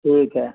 ٹھیک ہے